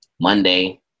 Monday